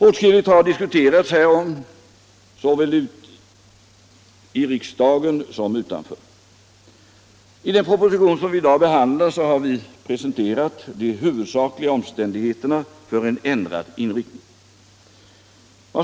Åtskilligt har diskuterats härom såväl i som utanför riksdagen. I den proposition som behandlas i dag har vi presenterat de huvudsakliga skälen för en ändrad inriktning.